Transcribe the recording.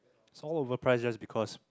it's all overpriced just because